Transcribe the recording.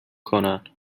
کنن